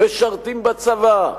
משרתים בצבא,